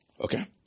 Okay